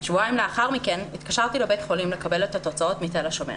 שבועיים לאחר מכן התקשרתי לבית החולים לקבל את התוצאות מתל השומר.